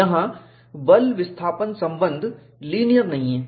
यहां बल विस्थापन संबंध लीनियर नहीं है